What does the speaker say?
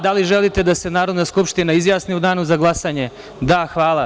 Da li želite da se Narodna skupština izjasni u danu za glasanje? (Muamer Bačevac: Da.) Hvala.